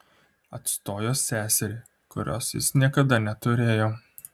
atstojo seserį kurios jis niekada neturėjo